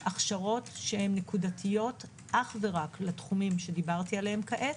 הכשרות נקודתיות אך ורק לתחומים שדיברתי עליהם כעת,